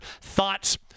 thoughts